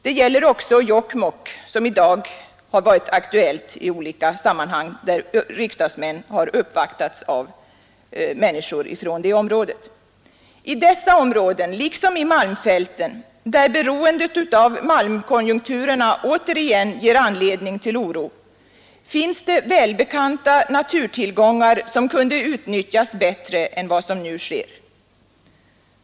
Det gäller också Jokkmokk, som i dag har varit aktuellt i olika sammanhang, när riksdagsmän har uppvaktats av människor från det området. I dessa områden, liksom i malmfälten, där beroendet av malmkonjunkturerna återigen ger anledning till oro, finns det välbekanta naturtillgångar, som kunde utnyttjas bättre än vad som nu sker.